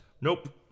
Nope